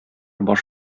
баш